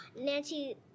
Nancy